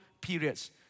periods